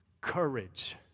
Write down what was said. courage